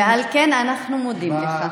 ועל כן אנחנו מודים לך.